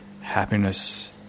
happiness